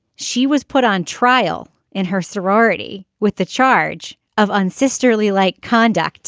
she was put on trial in her sorority with the charge of unsteadily like conduct